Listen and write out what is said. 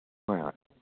ꯍꯣꯏ ꯍꯣꯏ